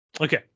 Okay